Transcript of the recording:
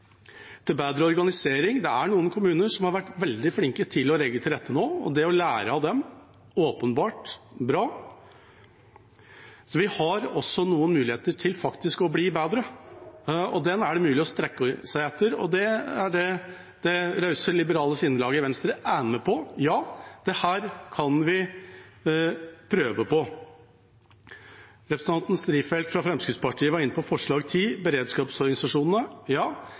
til bedre organisering. Det er noen kommuner som har vært veldig flinke til å legge til rette nå, og det å lære av dem er åpenbart bra. Så vi har noen muligheter til faktisk å bli bedre, og dem er det mulig å strekke seg etter, og det er det rause, liberale sinnelaget Venstre er med på. Ja, dette kan vi prøve på. Representanten Strifeldt fra Fremskrittspartiet var inne på forslag nr. 10. Ja,